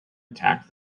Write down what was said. attacked